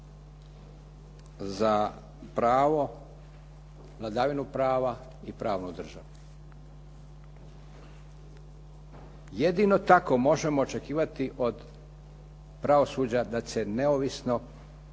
za pravo, vladavinu prava i pravnu državu. Jedino tako možemo očekivati od pravosuđa da će neovisno